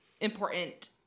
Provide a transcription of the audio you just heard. Important